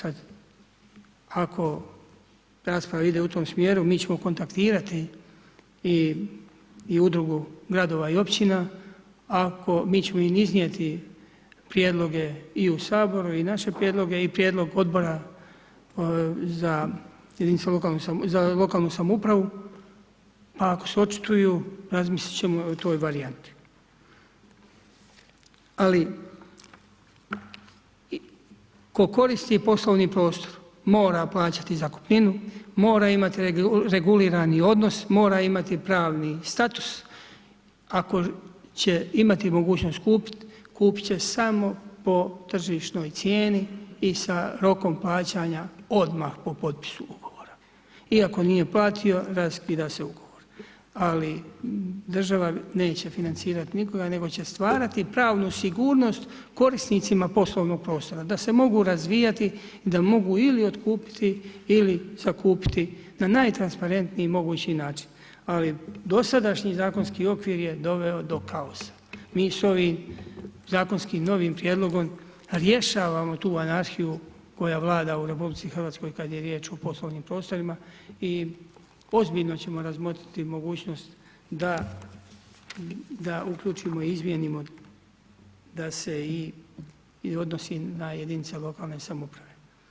Ako rasprava ide u tom smjeru, mi ćemo kontaktirati i udrugu gradova i općina, mi ćemo im iznijeti prijedloge i u Saboru i naše prijedloge i prijedlog Odbora za lokalnu samoupravu, pa ako se očituju, razmislit ćemo o toj varijanti. ali tko koristi poslovni prostor, mora plaćati zakupninu, mora imati regulirani odnos, mora imati pravni status, ako će imati mogućnost kupiti, kupit ćemo po tržišnoj cijeni i sa rokom plaćanja odmah po potpisu ugovora i ako nije platio raskida se ugovor ali država neće financirati nikoga nego će stvarati pravnu sigurnost korisnicima poslovnog prostora da se mogu razvijati, da mogu ili otkupiti ili zakupiti na najtransparentniji mogući način ali dosadašnji zakonski okvir je doveo do kaosa, mi sa ovim zakonskim novim prijedlogom rješavamo tu anarhiju koja vlada u RH kad je riječ o poslovnim prostorima i ozbiljno ćemo razmotriti mogućnost da uključimo i izmijenimo da se i odnosi na jedinice lokalne samouprave.